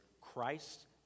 Christ